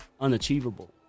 unachievable